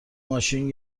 ماشین